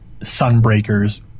sunbreakers